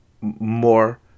more